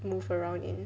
move around in